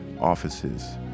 offices